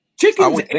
Chicken's